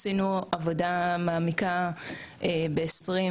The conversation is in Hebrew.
עשינו עבודה מעמיקה ב-2021,